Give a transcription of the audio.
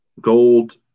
Gold